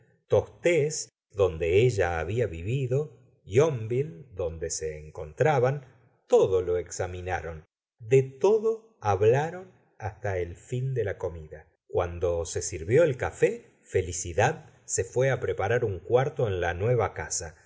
tostes donde ella había vivido yonville donde se encontraban todo lo examinaron de todo hablaron hasta el fin de la comida cuando se sirvió el café felicidad se fué preparar un cuarto en la nueva casa